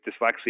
dyslexia